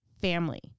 family